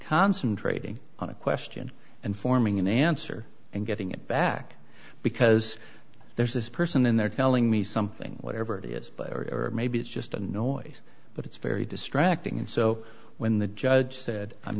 concentrating on a question and forming an answer and getting it back because there's this person in there telling me something whatever it is player or maybe it's just a noise but it's very distracting and so when the judge said i'm